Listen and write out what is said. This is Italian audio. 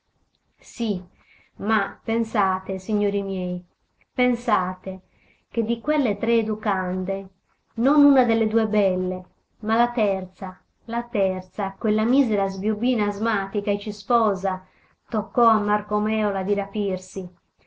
sì ma pensate signori miei pensate che di quelle tre educande non una delle due belle ma la terza la terza quella misera sbiobbina asmatica e cisposa toccò a marco mèola di rapirsi